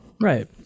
Right